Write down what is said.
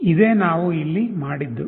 ಇದೇ ನಾವು ಇಲ್ಲಿ ಮಾಡಿದ್ದು